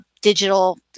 digital